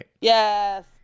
Yes